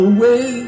Away